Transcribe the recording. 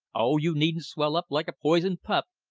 oh, you needn't swell up like a poisoned pup!